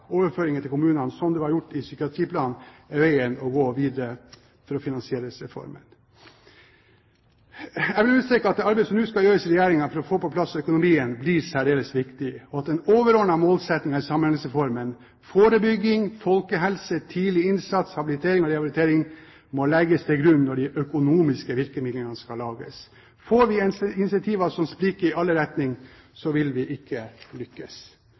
overføringer til kommunene, slik det var gjort i psykiatriplanen, er veien å gå videre for å finansiere reformen. Jeg vil understreke at det arbeidet som nå skal gjøres i Regjeringen for å få på plass økonomien, blir særdeles viktig, og at den overordnede målsettingen i Samhandlingsreformen – forebygging, folkehelse, tidlig innsats, habilitering og rehabilitering – må legges til grunn når de økonomiske virkemidlene skal lages. Får vi incentiver som spriker i alle retninger, vil vi ikke lykkes.